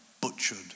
butchered